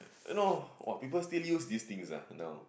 no !wah! people still use these things ah now